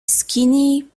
skinny